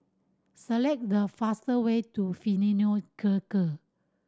select the fast way to Fidelio Circus